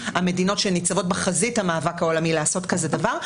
שניצבות בחזית המאבק העולמי לעשות כזה דבר.